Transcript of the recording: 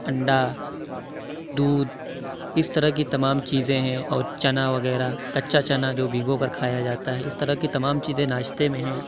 انڈہ دودھ اِس طرح کی تمام چیزیں ہیں اور چنا وغیرہ کچا چنا جو بھگو کر کھایا جاتا ہے اِس طرح کی تمام چیزیں ناشتے میں ہیں